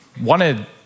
wanted